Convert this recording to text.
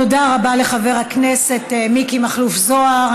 תודה רבה לחבר הכנסת מיקי מכלוף זוהר.